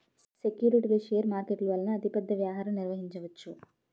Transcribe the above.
సెక్యూరిటీలు షేర్ మార్కెట్ల వలన అతిపెద్ద వ్యాపారం నిర్వహించవచ్చు